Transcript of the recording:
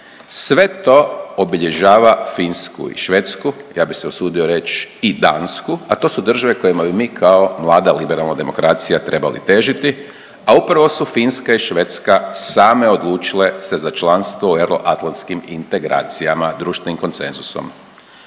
Sve to obilježava Finsku i Švedsku, ja bi se usudio reći i Dansku, a to su države kojima bi mi kao mlada liberalna demokracija trebali težiti, a upravo su Finska i Švedska same odlučile se za članstvo u euroatlantskim integracijama društvenim konsenzusom.